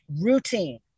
routine